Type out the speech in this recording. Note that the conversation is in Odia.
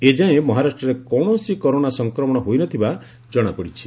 ଏଯାଏଁ ମହାରାଷ୍ଟ୍ରରେ କକିଣସି କରୋନା ସଂକ୍ରମଣ ହୋଇ ନ ଥିବା ଜଣାପଡ଼ିଛି